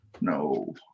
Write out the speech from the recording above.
No